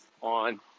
on